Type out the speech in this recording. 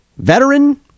Veteran